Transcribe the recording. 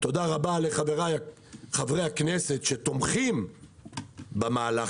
תודה רבה לחבריי חברי הכנסת שתומכים בפיצוי,